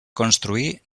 construir